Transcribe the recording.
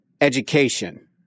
education